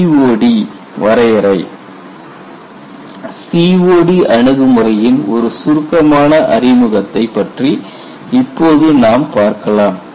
COD -Definition COD வரையறை COD அணுகுமுறையின் ஒரு சுருக்கமான அறிமுகத்தை பற்றி இப்போது நாம் பார்க்கலாம்